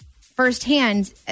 firsthand